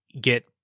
get